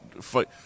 fight